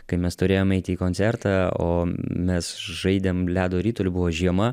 kai mes turėjom eiti į koncertą o mes žaidėm ledo ritulį buvo žiema